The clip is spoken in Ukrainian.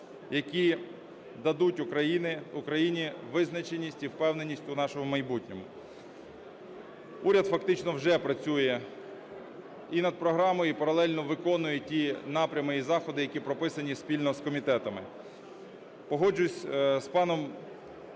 які дадуть Україні визначеність і впевненість у нашому майбутньому. Уряд фактично вже працює і над програмою, і паралельно виконує ті напрями і заходи, які прописані спільно з комітетами. Погоджуюся з паном